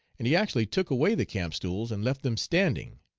and he actually took away the camp-stools and left them standing,